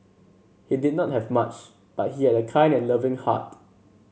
he did not have much but he had a kind and loving heart